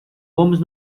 vamos